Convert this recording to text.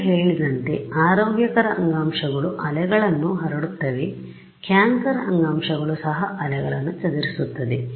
ಈಗ ಹೇಳಿದಂತೆ ಆರೋಗ್ಯಕರ ಅಂಗಾಂಶಗಳು ಅಲೆಗಳನ್ನು ಹರಡುತ್ತವೆ ಕ್ಯಾನ್ಸರ್ ಅಂಗಾಂಶಗಳು ಸಹ ಅಲೆಗಳನ್ನು ಚದುರಿಸುತ್ತದೆ